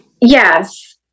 Yes